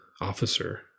officer